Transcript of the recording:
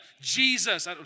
Jesus